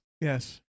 Yes